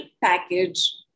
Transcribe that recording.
package